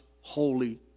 holy